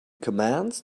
commands